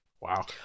Wow